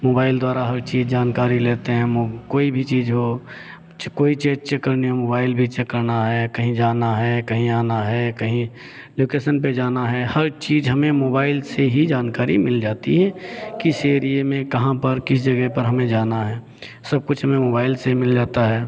mobile द्वारा हर चीज़ जानकारी लेते हैं कोई भी चीज़ हो कोई चीज़ चेक करनी हो मोबाइल भी चेक करना है कहीं जाना है कहीं आना है कहीं लोकेशन पे जाना है हर चीज़ हमें मोबाइल से ही जानकारी मिल जाती है किस एरिये में कहाँ पर किस जगह पर हमें जाना है सब कुछ हमें मोबाइल से ही मिल जाता है